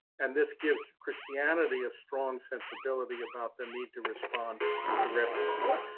and this gives christianity a strong sensibility about the need to respond to refugees.